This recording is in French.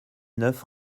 neuf